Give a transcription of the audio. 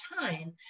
time